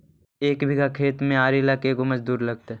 एक बिघा खेत में आरि ल के गो मजुर लगतै?